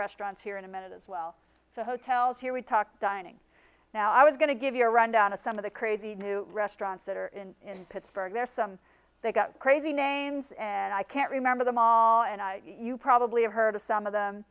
restaurants here in a minute as well the hotels here we talk dining now i was going to give you a rundown of some of the crazy new restaurants that are in pittsburgh where some they got crazy names and i can't remember them all and you probably have heard of some of